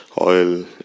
oil